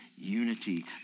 unity